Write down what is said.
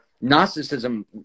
gnosticism